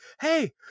hey